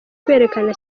kwerekana